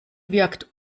wirkt